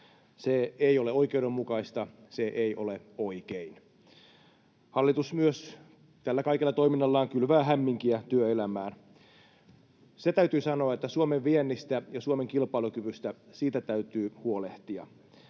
Se ei ole oikein. [Riikka Purra: Odotamme vaihtoehtobudjettia!] Hallitus myös tällä kaikella toiminnallaan kylvää hämminkiä työelämään. Se täytyy sanoa, että Suomen viennistä ja Suomen kilpailukyvystä täytyy huolehtia,